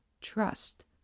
trust